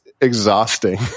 exhausting